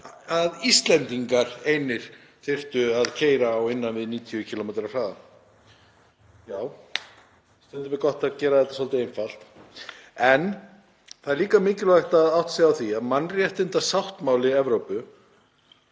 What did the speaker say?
að Íslendingar einir þyrftu að keyra á innan við 90 km hraða. Já, stundum er gott að gera þetta svolítið einfalt. En það er líka mikilvægt að átta sig á því að mannréttindasáttmáli Evrópu